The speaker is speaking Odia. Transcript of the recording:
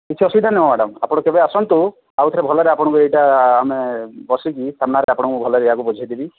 କିଛି ଅସୁବିଧା ନାହିଁ ମ୍ୟାଡ଼ାମ୍ ଆପଣ କେବେ ଆସନ୍ତୁ ଆଉଥରେ ଭଲରେ ଆପଣଙ୍କୁ ଏଇଟା ଆମେ ବସିକି ସାମ୍ନାରେ ଆପଣଙ୍କୁ ଭଲରେ ଏହାକୁ ବୁଝେଇଦେବି